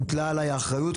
הוטלה עליי האחריות,